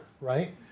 right